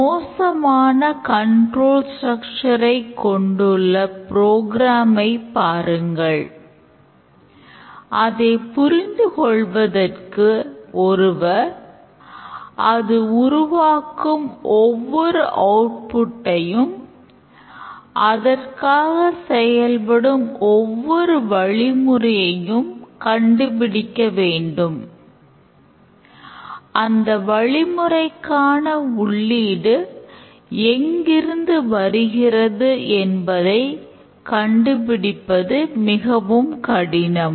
மோசமான control structure எங்கிருந்து வருகிறது என்பதை கண்டுபிடிப்பது மிகவும் கடினம்